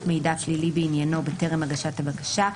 מידע פלילי בעניינו בטרם הגשת הבקשה,